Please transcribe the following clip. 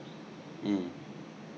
mm